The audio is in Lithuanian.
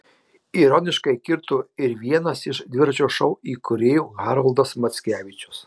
ironiškai kirto ir vienas iš dviračio šou įkūrėjų haroldas mackevičius